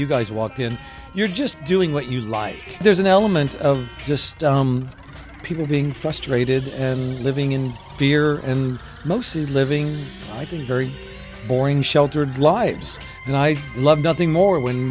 you guys walked in you're just doing what you like there's an element of just people being frustrated and living in fear and mostly living i think very boring sheltered lives and i love nothing more when